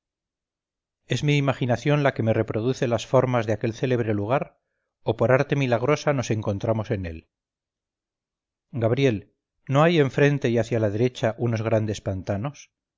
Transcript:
es mi imaginación la que me reproduce las formas de aquel célebre lugar o por arte milagrosa nos encontramos en él gabriel no hay enfrente y hacia la derecha unos grandes pantanos